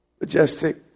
majestic